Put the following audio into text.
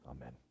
Amen